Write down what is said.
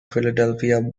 philadelphia